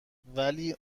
ولی